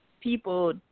people